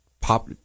pop